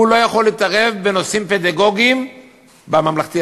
הוא לא יכול להתערב בנושאים פדגוגיים בממלכתי-דתי.